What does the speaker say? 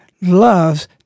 loves